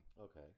Okay